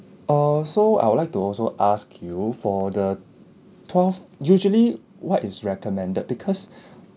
err so I would like to also ask you for the twelve usually what is recommended because